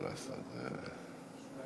שלוש דקות.